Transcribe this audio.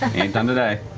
ain't done today.